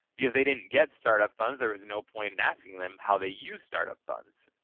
because they didn't get startup funds there was no point in asking them how they used startup funds,